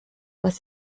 was